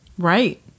Right